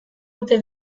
ote